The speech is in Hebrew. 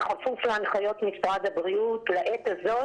בכפוף להנחיות משרד הבריאות לעת הזאת